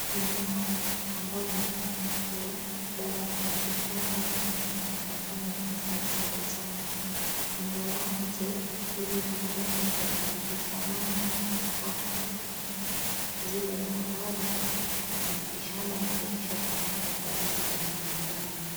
Kuna wale ambao wameamini kuwa dawa za miti shamba zinaweza ponya ugonjwa wa saratani ingawaje ili bado halijadhibitishwa maana hakuna zile dawa ambazo ni za miti shamba ambazo zishafanyiwa ukaguzi kwenye maabara.